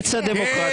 כשהמליאה נפתחה?